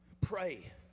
Pray